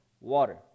water